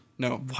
No